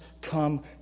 come